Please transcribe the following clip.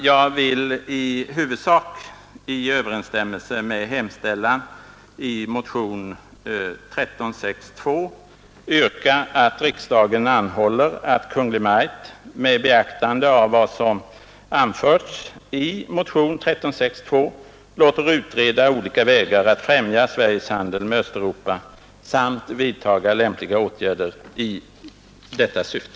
Jag vill i huvudsak i överensstämmelse med hemställan i motionen 1362 yrka att riksdagen anhåller att Kungl. Maj:t med beaktande av vad som anförts i motionen låter utreda olika vägar att främja Sveriges handel med Östeuropa samt vidta lämpliga åtgärder i detta syfte.